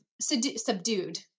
subdued